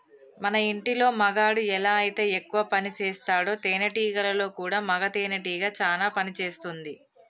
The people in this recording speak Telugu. మన ఇంటిలో మగాడు ఎలా అయితే ఎక్కువ పనిసేస్తాడో తేనేటీగలలో కూడా మగ తేనెటీగ చానా పని చేస్తుంది